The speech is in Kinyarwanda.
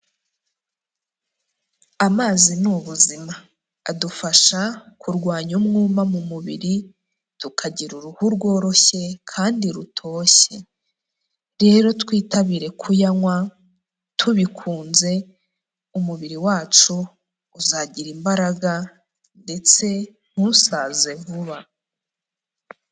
Amazi ni ubuzima adufasha kurwanya umwuma mu mubiri tukagira uruhu rworoshye kandi rutoshye, rero twitabire kuyanywa tubikunze umubiri wacu uzagira imbaraga ndetse ntusaze vuba.